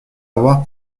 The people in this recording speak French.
avoir